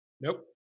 Nope